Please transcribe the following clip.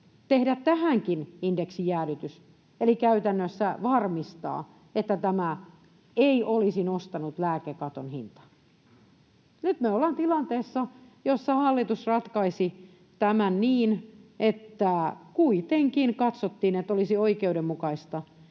tehdä tähänkin indeksijäädytys eli käytännössä varmistaa, että tämä ei olisi nostanut lääkekaton hintaa. Nyt me ollaan tilanteessa, jossa hallitus ratkaisi tämän niin, että kuitenkin katsottiin, että olisi oikeudenmukaista